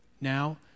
now